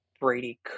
Brady